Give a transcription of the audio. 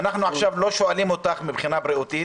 אנחנו עכשיו לא שואלים אותך מבחינה בריאותית.